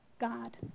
God